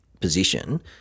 position